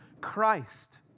Christ